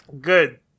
Good